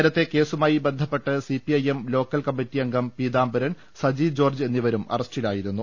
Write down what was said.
നേരത്തെ കേസു മായി ബന്ധപ്പെട്ട് സിപിഐഎം ലോക്കൽ കമ്മറ്റി അംഗം പീതാംബ രൻ സജി ജോർജ് എന്നിവരെ അറസ്റ്റ് ചെയ്തിരുന്നു